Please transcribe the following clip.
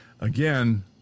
again